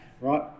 right